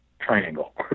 triangle